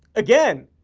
again.